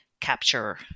capture